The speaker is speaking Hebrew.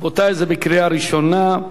רבותי, זה בקריאה ראשונה.